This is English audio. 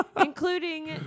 including